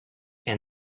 and